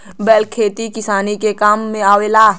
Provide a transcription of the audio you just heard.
बैल खेती किसानी के काम में आवेला